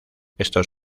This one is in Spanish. estos